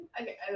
Okay